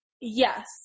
yes